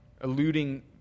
alluding